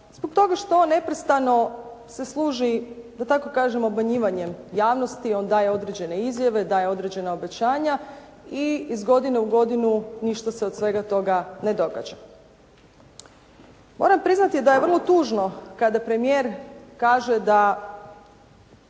Zbog toga što on neprestano se služi, da tako kažem obmanjivanjem javnosti, on daje određene izjave, daje određena obećanja i iz godine u godinu ništa se od svega toga ne događa. Moram priznati da je vrlo tužno kada premijer kaže da